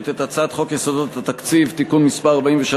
את הצעת חוק יסודות התקציב (תיקון מס' 43,